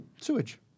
sewage